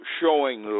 showing